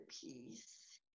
peace